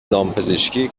دامپزشکی